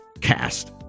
cast